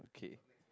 okay